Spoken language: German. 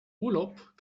urlaub